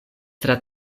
tra